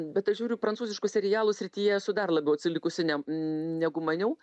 bet aš žiūriu prancūziškų serialų srityje esu dar labiau atsilikusi ne negu maniau